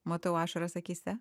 matau ašaras akyse